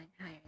higher